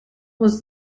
was